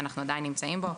שאנחנו עדיין נמצאים בו.